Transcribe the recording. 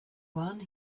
one